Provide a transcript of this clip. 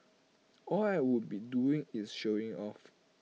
all I would be doing is showing off